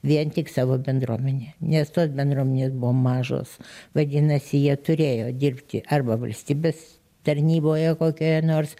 vien tik savo bendruomene nes tos bendruomenės buvo mažos vadinasi jie turėjo dirbti arba valstybės tarnyboje kokioje nors